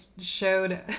showed